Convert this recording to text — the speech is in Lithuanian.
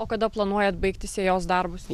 o kada planuojat baigti sėjos darbus